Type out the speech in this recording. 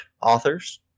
authors